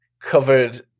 covered